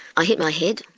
i hit my head,